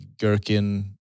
Gherkin